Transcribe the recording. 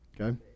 Okay